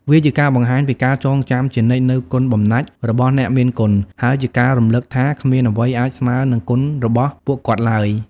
វាជាការបង្ហាញពីការចងចាំជានិច្ចនូវគុណបំណាច់របស់អ្នកមានគុណ ហើយជាការរំលឹកថាគ្មានអ្វីអាចស្មើនឹងគុណរបស់ពួកគាត់ឡើយ។